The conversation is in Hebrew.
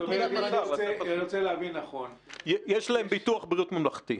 יש להם ביטוח בריאות ממלכתי.